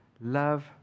love